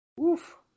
Oof